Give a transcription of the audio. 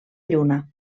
lluna